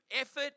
effort